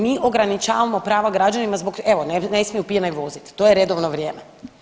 Mi ograničavamo prava građanima zbog evo ne smiju pijani vozit, to je redovno vrijeme.